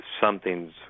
something's